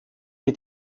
wir